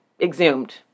exhumed